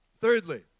Thirdly